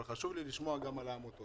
אבל חשוב לי לשמוע גם על העמותות.